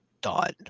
done